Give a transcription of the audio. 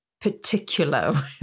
particular